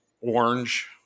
orange